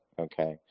Okay